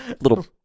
little